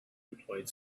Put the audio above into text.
employed